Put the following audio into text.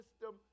system